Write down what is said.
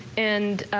and